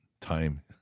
time